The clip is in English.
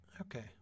Okay